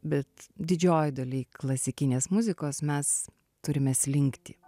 bet didžiojoj daly klasikinės muzikos mes turime slinktį